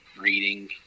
reading